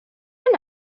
can